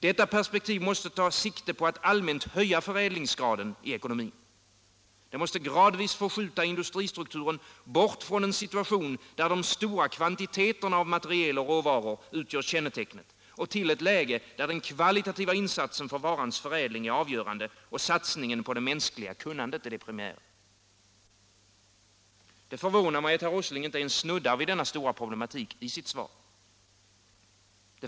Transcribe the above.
Detta perspektiv måste ta sikte på att allmänt höja förädlingsgraden i ekonomin. Det måste gradvis förskjuta industristrukturen bort från en situation där de stora kvantiteterna materiel och råvaror utgör kännetecknet och till ett läge där den kvalitativa insatsen för varans förädling är avgörande och satsningen på det mänskliga kunnandet det primära. Det förvånar mig att herr Åsling inte ens snuddar vid denna stora problematik i sitt svar.